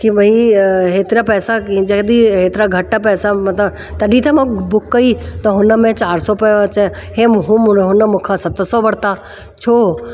कि भई हेतिरा पैसा कि जंहिं बि हेतिरा घटि पैसा मथा तॾहिं त मां बुक कई त हुन में चारि सौ पियो अचे हे हू हुन मूंखां सत सौ वरिता छो